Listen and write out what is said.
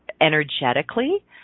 energetically